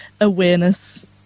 awareness